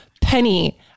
penny